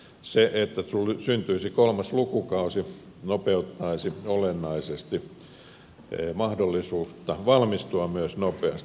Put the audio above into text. se että syntyisi kolmas lukukausi nopeuttaisi olennaisesti mahdollisuutta valmistua myös nopeasti